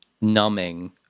numbing